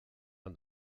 and